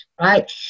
right